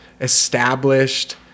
established